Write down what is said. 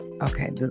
okay